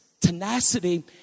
Tenacity